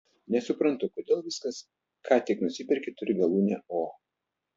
nesuprantu kodėl viskas ką tik nusiperki turi galūnę o